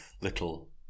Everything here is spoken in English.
little